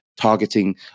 targeting